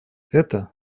это